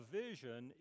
vision